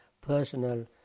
personal